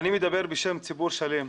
אני מדבר בשם ציבור שלם,